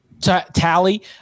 tally